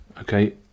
Okay